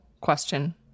question